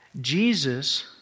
Jesus